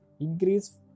Increase